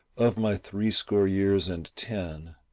of my threescore years and ten,